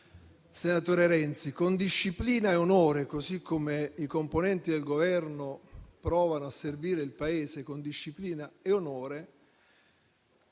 senatore Renzi - con disciplina e onore, così come i componenti del Governo provano a servire il Paese con disciplina e onore.